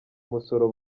umusoro